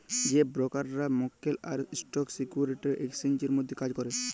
যে ব্রকাররা মক্কেল আর স্টক সিকিউরিটি এক্সচেঞ্জের মধ্যে কাজ ক্যরে